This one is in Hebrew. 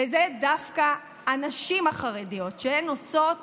וזה דווקא בנוגע לנשים החרדיות, שעושות